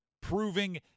proving